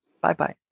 Bye-bye